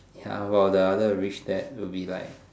ya got the other rich dad will be like